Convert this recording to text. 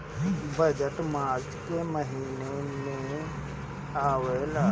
budget March के महिना में आवेला